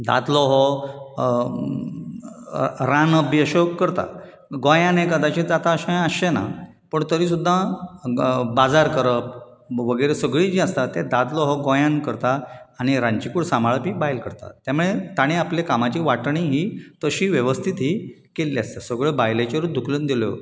दादलो हो अ रांदप बी अश्यो करता गोंयांत हें कदाचीत जाता अशें आसचें ना पड तरी सुद्दाॆ बाजार करप वगैरे सगळीं जीं आसता ते दादलो हो गोंयांत करता आनी रांदची कूड सांबाळपी बायल करता त्यामळे तांणी आपले कामाची वांटणी ही तशी वेवस्थीत ही केल्ली आसता सगळ्यो बायलेचेरूत धुकलून दिल्यो